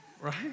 Right